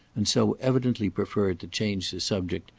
and so evidently preferred to change the subject,